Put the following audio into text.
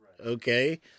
Okay